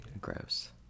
Gross